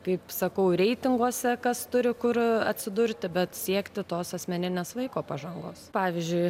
kaip sakau reitinguose kas turi kur atsidurti bet siekti tos asmeninės vaiko pažangos pavyzdžiui